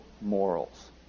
morals